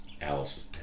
Alice